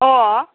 अ'